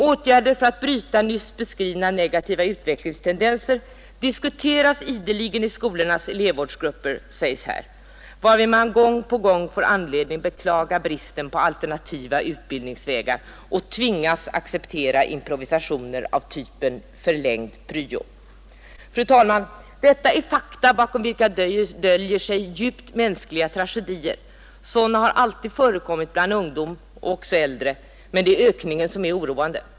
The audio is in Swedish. ”Åtgärder för att bryta nyss beskrivna negativa uttryckningstendenser diskuteras ideligen i skolornas elevvårdsgrupper, varvid man gång på gång får anledning beklaga bristen på alternativa utbildningsvägar och tvingas acceptera improvisationer av typen "förlängd pryo”.” Fru talman! Detta är fakta bakom vilka döljer sig djupt mänskliga tragedier. Sådana har alltid förekommit bland såväl ungdom som äldre, men det är ökningen som är oroande.